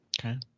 Okay